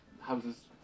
houses